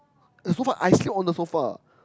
sofa I sleep on the sofa